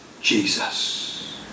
Jesus